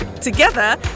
together